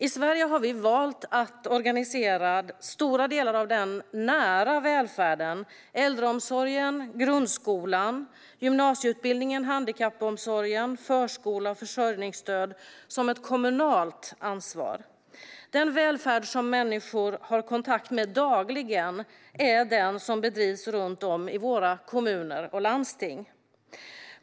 I Sverige har vi valt att organisera stora delar av den nära välfärden - äldreomsorgen, grundskolan och gymnasieutbildningen, handikappomsorgen, förskola och försörjningsstöd - som ett kommunalt ansvar. Den välfärd som människor har kontakt med dagligen är den som bedrivs runt om i våra kommuner och landsting.